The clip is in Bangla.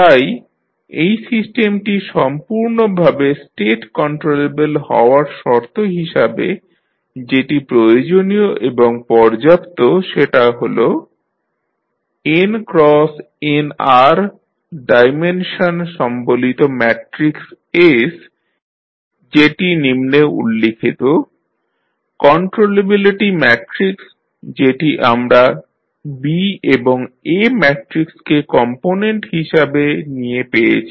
তাই এই সিস্টেমটি সম্পূর্ণভাবে স্টেট কন্ট্রোলেবল হওয়ার শর্ত হিসাবে যেটি প্রয়োজনীয় এবং পর্যাপ্ত সেটা হল n×nr ডাইমেনশন সম্বলিত ম্যাট্রিক্স S যেটি নিম্নে উল্লেখিত কন্ট্রোলেবিলিটি ম্যাট্রিক্স যেটি আমরা B এবং A ম্যাট্রিক্সকে কমপোনেন্ট হিসাবে নিয়ে পেয়েছি